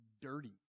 dirty